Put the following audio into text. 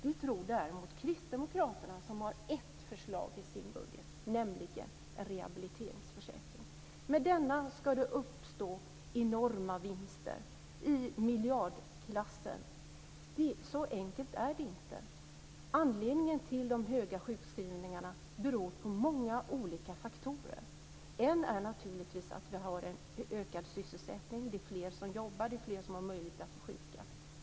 Det tror däremot Kristdemokraterna som har ett förslag i sin budget, nämligen om en rehabiliteringsförsäkring. Med denna ska det uppstå enorma vinster i miljardklassen. Så enkelt är det inte. De höga sjukskrivningarna beror på många olika faktorer. En är naturligtvis att vi har en ökad sysselsättning. Det är fler som jobbar och därmed fler som kan sjukskriva sig.